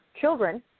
children